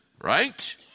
right